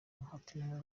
mahatma